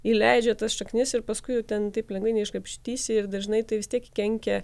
įleidžia tas šaknis ir paskui ten taip lengvai neiškrapštysi ir dažnai tai vis tiek kenkia